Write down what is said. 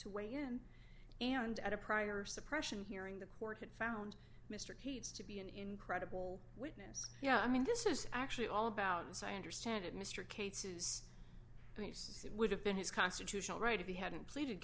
to weigh in and at a prior suppression hearing the court had found mr keats to be an incredible witness yeah i mean this is actually all about as i understand it mr cates use and he says it would have been his constitutional right if he hadn't pleaded